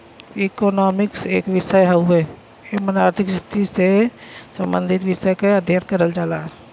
economics एक विषय हउवे एमन आर्थिक स्थिति से सम्बंधित विषय क अध्ययन करल जाला